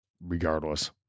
regardless